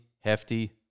Hefty